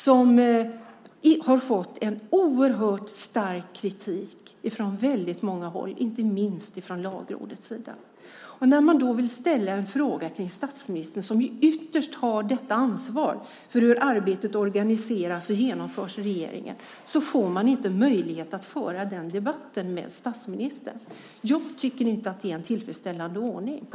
De har fått mycket stark kritik från många håll, inte minst från Lagrådets sida. När man då vill ställa en fråga till statsministern, som ytterst har ansvar för hur arbetet organiseras och genomförs i regeringen, så får man inte möjlighet att föra den debatten med statsministern. Jag tycker inte att det är en tillfredsställande ordning.